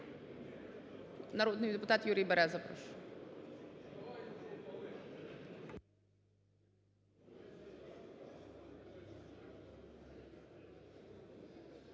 Народний депутат Юрій Береза, прошу.